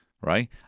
Right